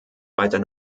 weiter